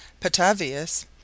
Patavius